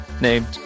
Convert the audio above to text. named